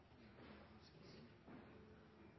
Det foreligger en